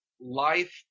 life